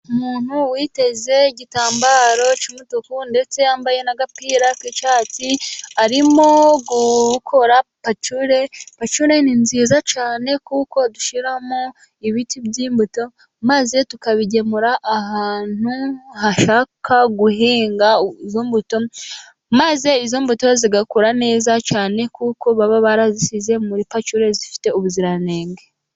Umuntu witeze igitambaro cy'umutuku ndetse yambaye n'agapira k'icyatsi, arimo gukora pacure, pacure ni nziza cyane kuko dushiramo ibiti by'imbuto, maze tukabigemura ahantu bashaka guhinga izo mbuto, maze izo mbuto zigakura neza cyane, kuko baba barazishyize muri pacure zifite ubuziranenge.